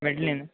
मेळटली न्हू